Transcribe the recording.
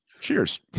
Cheers